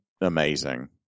amazing